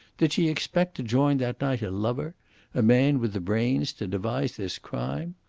did she expect to join that night a lover a man with the brains to devise this crime?